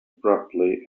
abruptly